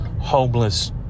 homeless